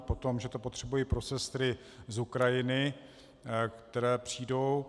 Potom, že to potřebují pro sestry z Ukrajiny, které přijdou.